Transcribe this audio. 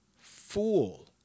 fool